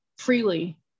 freely